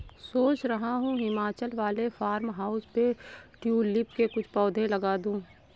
सोच रहा हूं हिमाचल वाले फार्म हाउस पे ट्यूलिप के कुछ पौधे लगा दूं